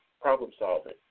problem-solving